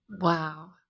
Wow